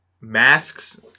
masks